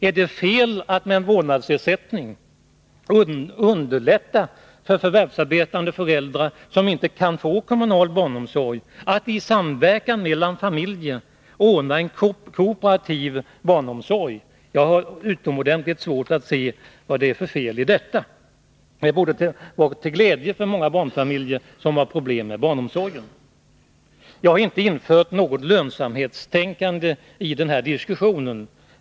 Är det fel att med en vårdnadsersättning underlätta för förvärvsarbetande föräldrar, som inte kan få kommunal barnomsorg, att i samverkan mellan familjer ordna en kooperativ barnomsorg? Jag har utomordentligt svårt att se vad det är för fel i detta. Det borde vara till glädje för många barnfamiljer som har problem med barnomsorgen. Jag har inte infört något lönsamhetstänkande i denna diskussion.